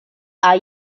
are